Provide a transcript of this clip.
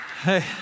Hey